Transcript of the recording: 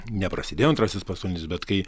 neprasidėjo antrasis pasaulinis bet kai